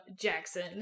jackson